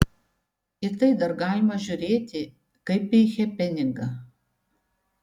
į tai dar galima žiūrėti kaip į hepeningą